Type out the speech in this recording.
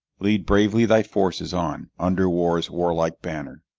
lead bravely thy forces on under war's warlike banner!